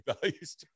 values